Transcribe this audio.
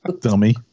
Dummy